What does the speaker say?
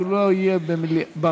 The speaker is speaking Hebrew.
אם לא יהיה במליאה,